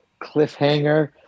cliffhanger